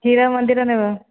କ୍ଷୀର ମନ୍ଦିର ନେବା